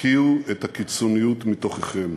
הקיאו את הקיצוניות מתוככם,